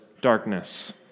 darkness